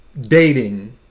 dating